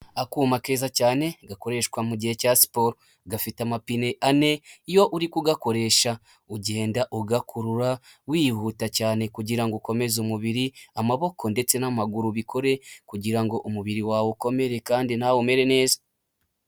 Akuma keza cyane gakoreshwa mu mugihe cya siporo gafite amapine ane iyo uri kugakoresha ugenda ugakurura wihuta cyane kugira ngo ukomeze umubiri, amaboko ndetse n'amaguru bikore kugira ngo umubiri wawe ukomere kandi nawe umere neza.